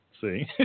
See